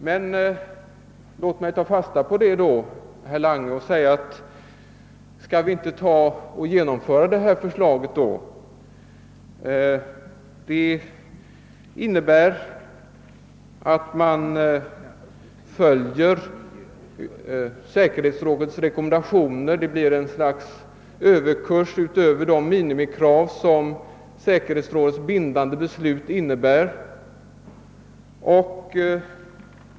Men låt mig ta fasta på det, herr Lange, och fråga: Skall vi då inte genomföra detta förslag? Förslaget innebär att man följer säkerhetsrådets rekommendationer. Det blir ett slags överkurs utöver de minimikrav som säkerhetsrådets bindande beslut innebär.